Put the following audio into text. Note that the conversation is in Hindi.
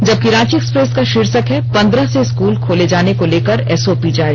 जबकि रांची एक्सप्रेस को शीर्षक है पंद्रह से स्कूल खोले जाने को लेकर एसओपी जारी